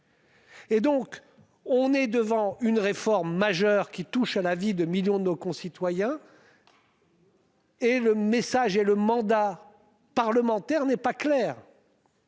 Et donc on est devant une réforme majeure qui touche à la vie de millions de nos concitoyens. Et le message et le mandat parlementaire n'est pas clair.